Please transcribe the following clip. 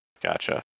Gotcha